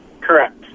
Correct